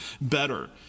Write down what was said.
better